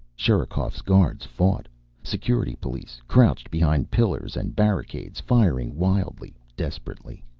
sherikov's guards fought security police, crouched behind pillars and barricades, firing wildly, desperately.